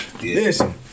Listen